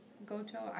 Goto